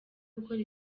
gukora